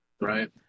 Right